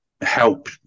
help